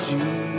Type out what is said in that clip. Jesus